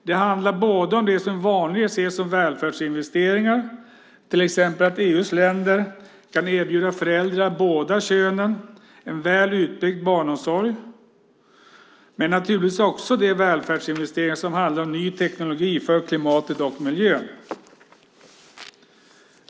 Det handlar både om det vi vanligen ser som välfärdsinvesteringar, till exempel att EU:s länder kan erbjuda föräldrar av båda könen en väl utbyggd barnomsorg, men naturligtvis också de välfärdsinvesteringar som handlar om ny teknologi för klimatet och miljön.